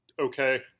Okay